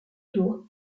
jours